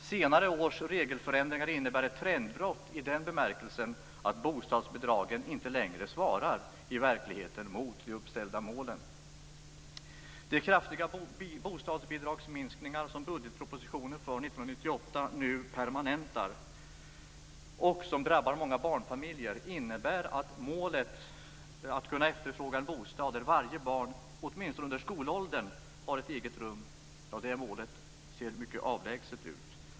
Senare års regelförändringar innebär ett trendbrott i den bemärkelsen att bostadsbidragen inte längre i verkligheten svarar mot de uppställda målen. De kraftiga bostadsbidragsminskningar som i budgetpropositionen för 1998 permanentas och som drabbar många barnfamiljer innebär att målet, att familjer skall kunna efterfråga en bostad där varje barn under åtminstone skolåren har ett eget rum, ser mycket avlägset ut.